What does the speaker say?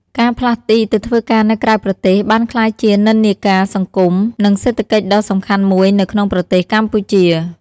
ការផ្លាស់ទីទៅធ្វើការនៅក្រៅប្រទេសបានក្លាយជានិន្នាការសង្គម និងសេដ្ឋកិច្ចដ៏សំខាន់មួយនៅក្នុងប្រទេសកម្ពុជា។